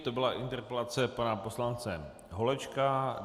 To byla interpelace pana poslance Holečka.